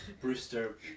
Brewster